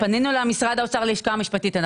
פנינו למשרד האוצר, ללשכה המשפטית.